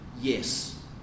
Yes